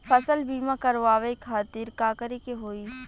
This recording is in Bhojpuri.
फसल बीमा करवाए खातिर का करे के होई?